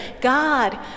God